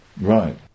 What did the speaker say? right